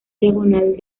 diagonal